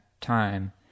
time